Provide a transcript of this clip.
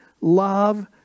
love